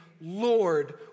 Lord